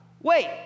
Wait